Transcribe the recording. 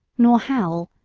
nor howl,